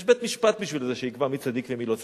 יש בית-משפט שיקבע מי צדיק ומי לא צדיק.